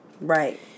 Right